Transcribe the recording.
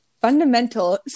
Fundamental